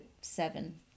seven